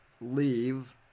leave